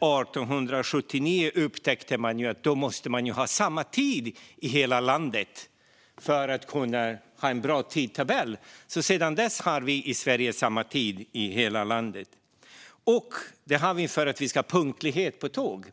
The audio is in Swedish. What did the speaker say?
År 1879 upptäckte man att man måste ha samma tid i hela landet för att kunna ha en bra tidtabell. Sedan dess har vi i Sverige samma tid i hela landet, detta för att vi ska ha punktlighet på tågen.